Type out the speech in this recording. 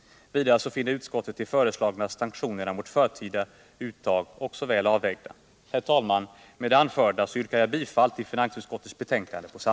Vidare finner utskottet att föreslagna sanktioner mot förtida uttag är väl avvägda.